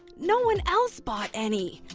no one else bought any.